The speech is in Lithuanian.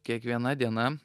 kiekviena diena